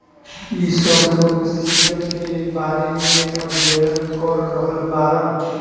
इ सब लोग सीजन के बारे में अध्ययन कर रहल बाड़न